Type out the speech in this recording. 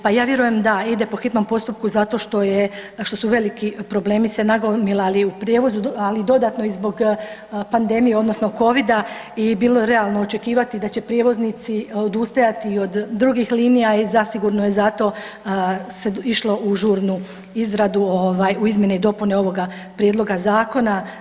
Pa ja vjerujem da ide po hitnom postupku zato što su veliki problemi se nagomilali u prijevozu, ali i dodatno i zbog pandemije, odnosno covida i bilo je realno očekivati da će prijevoznici odustajati i od drugih linija i zasigurno je zato se išlo u žurnu izradu, u izmjene i dopune ovoga prijedloga zakona.